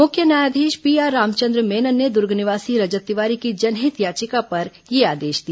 मुख्य न्यायाधीश पीआर रामचंद्र मेनन ने दुर्ग निवासी रजत तिवारी की जनहित याचिका पर यह आदेश दिया